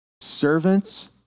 servants